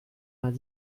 vingt